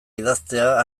idaztea